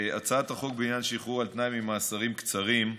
הצעת החוק בעניין שחרור על תנאי ממאסרים קצרים,